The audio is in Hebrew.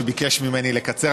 שביקש ממני לקצר,